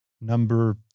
number